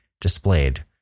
displayed